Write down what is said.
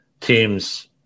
teams